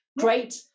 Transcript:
great